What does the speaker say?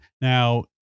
now